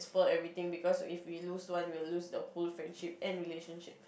spoil everything because if we lose one we will lose the whole friendship and relationship